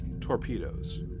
torpedoes